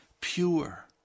pure